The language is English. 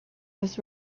was